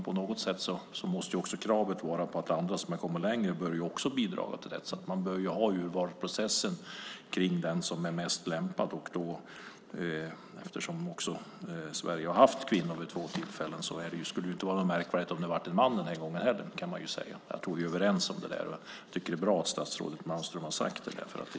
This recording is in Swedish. På något sätt måste kravet vara att andra som har kommit långt också bör bidra. Man bör ha urvalsprocessen kring den som är mest lämpad. Eftersom Sverige har haft kvinnor vid två tillfällen skulle det inte vara märkvärdigt om det blev en man den här gången. Jag tror att vi är överens där. Jag tycker att det är bra att statsrådet Malmström har sagt det här.